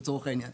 לצורך העניין,